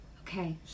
Okay